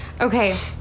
Okay